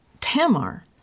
Tamar